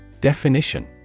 Definition